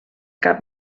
cap